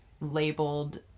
labeled